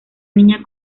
niña